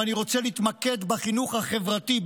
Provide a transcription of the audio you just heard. ואני רוצה להתמקד בחינוך החברתי,